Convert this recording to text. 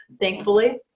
thankfully